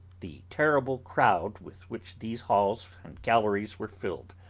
the terrible crowd with which these halls and galleries were filled,